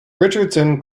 richardson